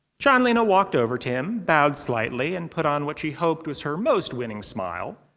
chanlina walked over to him, bowed slightly and put on what she hoped was her most winning smile.